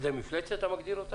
אתה מגדיר אותה כמפלצת?